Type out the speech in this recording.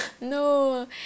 No